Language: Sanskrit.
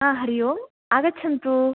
हा हरि ओम् आगच्छन्तु